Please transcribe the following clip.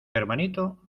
hermanito